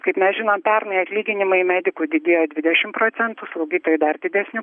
kaip mes žinom pernai atlyginimai medikų didėjo dvidešim procentų slaugytojų dar didesniu